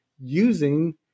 using